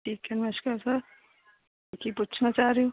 ਠੀਕ ਹੈ ਨਮਸ਼ਕਾਰ ਸਰ ਕੀ ਪੁੱਛਣਾ ਚਾਹ ਰਹੇ ਹੋ